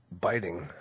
Biting